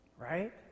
right